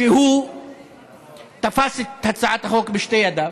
שהוא תפס את הצעת החוק בשתי ידיו,